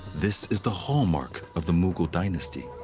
this is the hallmark of the mughal dynasty.